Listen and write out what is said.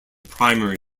primary